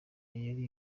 yari